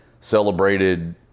celebrated